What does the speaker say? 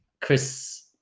Chris